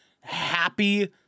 happy